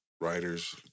writers